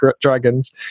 dragons